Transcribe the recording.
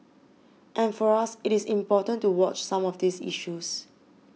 and for us it is important to watch some of these issues